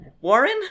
Warren